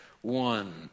one